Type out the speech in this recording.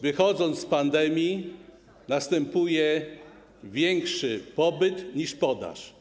Wychodząc z pandemii, następuje większy popyt niż podaż.